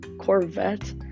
Corvette